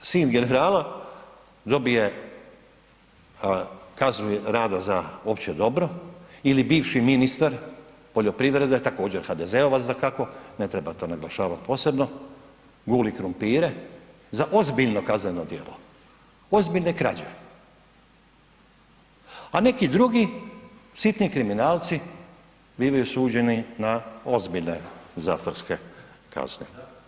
Pa zašto sin generala dobije kaznu rada za opće dobro ili bivši ministar poljoprivrede također HDZ-ova dakako, ne treba to naglašavati posebno, guli krumpire za ozbiljno kazneno djelo, ozbiljne krađe, a neki drugi sitni kriminalci bivaju osuđeni na ozbiljne zatvorske kazne.